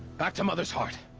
back to mother's heart.